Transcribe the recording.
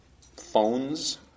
phones